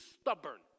stubborn